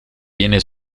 viene